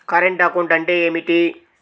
Current account అంటే ఏమిటి?